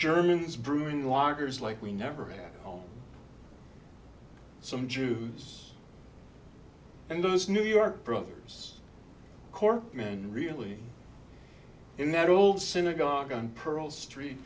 germans brewing lagers like we never had some juice and those new york brothers cork men really in that old synagogue on pearl street